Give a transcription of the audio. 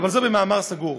אבל זה במאמר סגור.